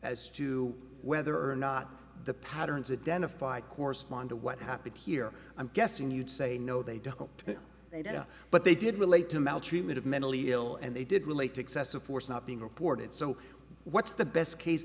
as to whether or not the patterns a den of five correspond to what happened here i'm guessing you'd say no they don't they don't know but they did relate to maltreatment of mentally ill and they did relate to excessive force not being reported so what's the best case